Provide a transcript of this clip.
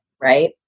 right